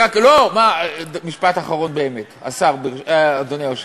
משפט אחרון באמת, אדוני היושב-ראש.